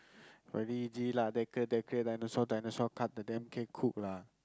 very easy lah that girl that girl dinosaur dinosaur cut the damn cake cook lah